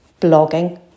blogging